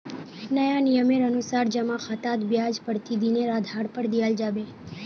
नया नियमेर अनुसार जमा खातात ब्याज प्रतिदिनेर आधार पर दियाल जाबे